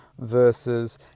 versus